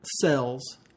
cells